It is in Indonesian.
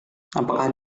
apakah